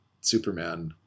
Superman